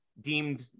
deemed